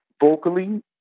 vocally